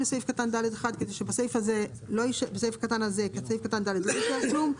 כדי שבסעיף קטן (ד) לא יישאר כלום.